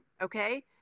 okay